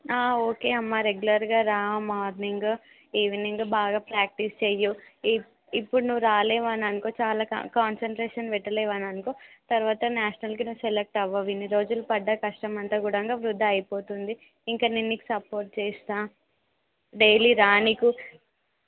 okay అమ్మ రెగ్యులర్గా రా మార్నింగు ఈవినింగు బాగా ప్రాక్టీస్ చెయ్యి ఈ ఇప్పుడు నువ్వు రాలేవు అని అనుకో చాలా కా కాన్సన్ట్రేషన్ పెట్టలేవు అని అనుకో తర్వాత న్యాషనల్కి నువ్వు సెలెక్ట్ అవ్వవు ఇన్ని రోజులు పడ్డ కష్టమంతా కూడా వృధా అయిపోతుంది ఇంక నేను నీకు సపోర్ట్ చేస్తాను డైలీ రా నీకు